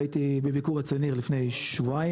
הייתי בביקור אצל ניר לפני שבועיים,